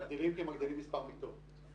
מגדילים כי מגדילים את מספר המיטות.